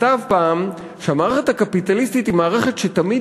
שכתב פעם שהמערכת הקפיטליסטית היא מערכת שתמיד